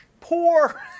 Poor